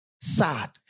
sad